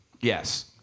Yes